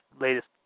latest